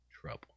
trouble